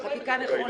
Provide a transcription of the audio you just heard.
זו חקיקה נכונה.